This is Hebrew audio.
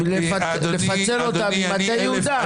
לפצל אותה ממטה יהודה.